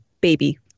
baby